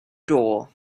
door